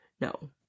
No